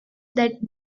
that